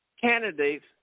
candidates